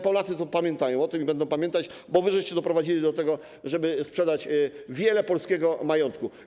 Polacy pamiętają o tym i będą pamiętać, bo wy doprowadziliście do tego, że sprzedano wiele polskiego majątku.